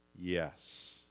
yes